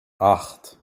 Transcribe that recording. acht